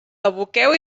aboqueu